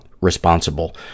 responsible